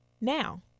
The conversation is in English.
now